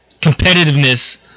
competitiveness